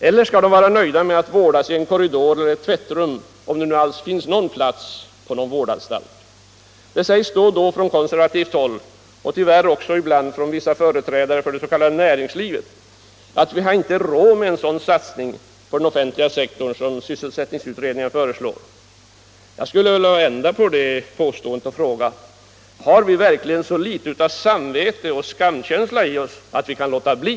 Eller skall de vara nöjda med att vårdas i en korridor eller ett tvättrum, om det nu alls finns någon plats på vårdanstalt? Det sägs då och då från konservativt håll och tyvärr också ibland av vissa företrädare för det s.k. näringslivet, att vi inte har råd med en sådan satsning på den offentliga sektorn som nu föreslås av sysselsättningsutredningen. Jag skulle vilja vända på det påståendet och fråga: Har vi verkligen så litet av samvete och skamkänsla i oss att vi kan låta bli?